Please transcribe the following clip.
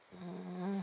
mm